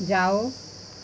जाओ